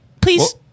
Please